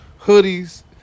hoodies